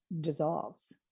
dissolves